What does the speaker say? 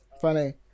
Funny